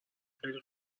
خیلی